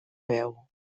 veu